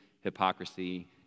hypocrisy